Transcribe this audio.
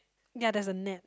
ya there's a net